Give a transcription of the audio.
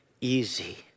easy